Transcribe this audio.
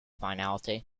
finality